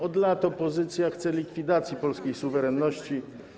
Od lat opozycja chce likwidacji polskiej suwerenności.